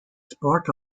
sport